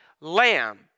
lamb